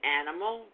animal